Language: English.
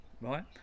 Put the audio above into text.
right